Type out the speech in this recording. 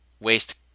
waste